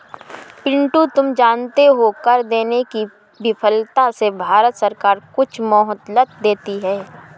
पिंटू तुम जानते हो कर देने की विफलता से भारत सरकार कुछ मोहलत देती है